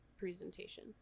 presentation